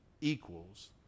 equals